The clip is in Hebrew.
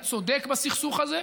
הצודק בסכסוך הזה.